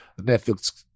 Netflix